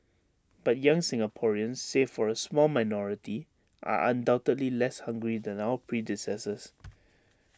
but young Singaporeans save for A small minority are undoubtedly less hungry than our predecessors